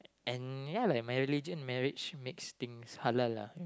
and ya like my religion marriage makes things harder lah